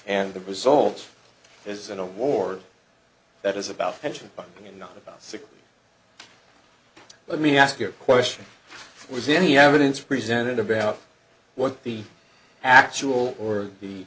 and the result is an award that is about pension and not about six let me ask you a question was any evidence presented about what the actual or the